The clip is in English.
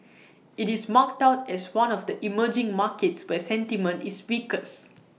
IT is marked out as one of the emerging markets where sentiment is weakest